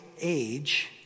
age